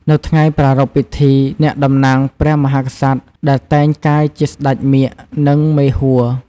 នៅថ្ងៃប្រារព្ធពិធី អ្នកតំណាងព្រះមហាក្សត្រ ដែលតែងកាយជា "ស្ដេចមាឃ" និង "មេហួរ"។